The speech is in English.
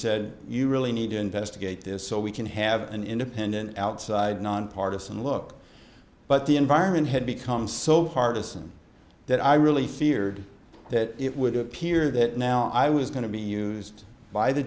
said you really need to investigate this so we can have an independent outside nonpartisan look but the environment had become so heartless and that i really feared that it would appear that now i was going to be used by the